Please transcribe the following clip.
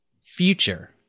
future